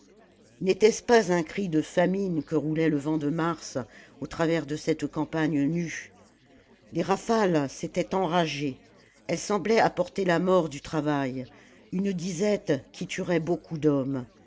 n'était-ce pas un cri de famine que roulait le vent de mars au travers de cette campagne nue les rafales s'étaient enragées elles semblaient apporter la mort du travail une disette qui tuerait beaucoup d'hommes